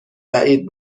بعید